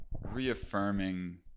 reaffirming